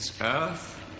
Earth